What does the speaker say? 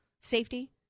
safety